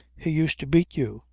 he used to beat you,